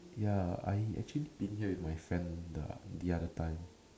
ya I actually been here with my friend the other time